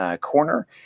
corner